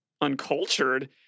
Uncultured